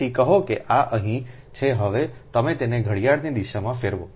તેથી કહો કે આ અહીં છે હવે તમે તેને ઘડિયાળની દિશામાં ફેરવો